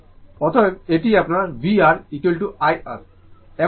অতএব এটি আপনার vR I R